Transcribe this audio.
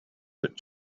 that